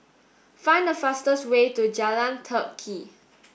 find the fastest way to Jalan Teck Kee